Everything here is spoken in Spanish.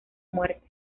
muerte